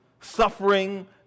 suffering